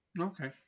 Okay